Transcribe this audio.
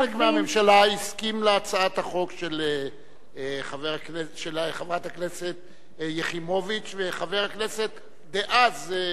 חלק מהממשלה הסכים להצעת החוק של חברת הכנסת יחימוביץ וחבר הכנסת דאז,